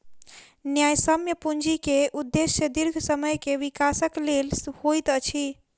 न्यायसम्य पूंजी के उदेश्य दीर्घ समय के विकासक लेल होइत अछि